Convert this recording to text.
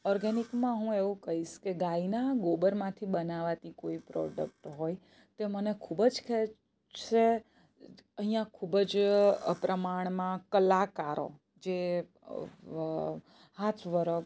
ઓર્ગેનિકમાં હું એવું કહીશ કે ગાયના ગોબરમાંથી બનાવાતી કોઈ પ્રોડક્ટ હોય તે મને ખૂબ જ ખેંચશે અહીંયાં ખૂબ જ પ્રમાણમાં કલાકારો જે હાથ વરગ